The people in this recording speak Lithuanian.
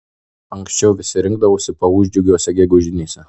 anksčiau visi rinkdavosi paūžt džiugiose gegužinėse